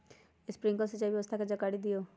Sprinkler सिंचाई व्यवस्था के जाकारी दिऔ?